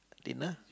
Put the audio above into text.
dinner